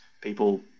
people